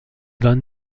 van